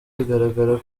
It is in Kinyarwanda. bigaragara